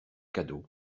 cadeau